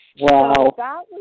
Wow